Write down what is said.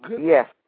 Yes